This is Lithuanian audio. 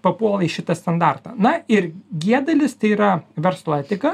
papuola į šitą standartą na ir gie dalis tai yra verslo etika